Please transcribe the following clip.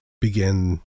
begin